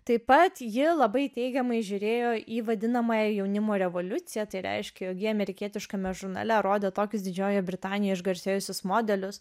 taip pat ji labai teigiamai žiūrėjo į vadinamąją jaunimo revoliuciją tai reiškia jog jie amerikietiškame žurnale rodė tokius didžiojioje britanijoje išgarsėjusius modelius